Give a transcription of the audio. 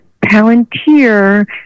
Palantir